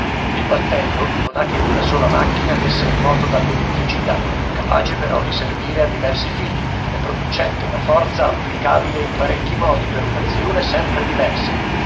il battello non ha che una sola macchina messa in moto dall'elettricità capace però di servire a diversi fini e producente una forza applicabile in parecchi modi per un'azione sempre diversa